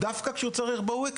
כשהוא צריך אותם דווקא בסוף השבוע.